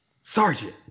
Sergeant